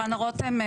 חנה רותם,